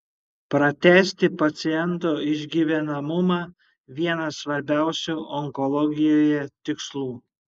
pratęsti paciento išgyvenamumą vienas svarbiausių onkologijoje tikslų